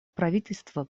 правительство